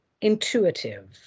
intuitive